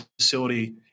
facility